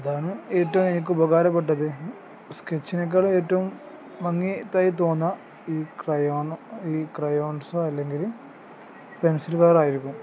അതാണ് ഏറ്റവും എനിക്ക് ഉപകാരപ്പെട്ടത് സ്കെച്ചിനെക്കാളും ഏറ്റവും ഭംഗിത്തായി തോന്നുക ഈ ക്രയോൺ ഈ ക്രയോൺസോ അല്ലെങ്കിൽ പെൻസിലുകളായിരിക്കും